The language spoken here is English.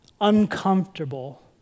uncomfortable